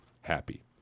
happy